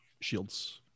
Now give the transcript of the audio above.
Shields